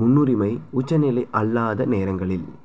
முன்னுரிமை உச்சநிலை அல்லாத நேரங்களில்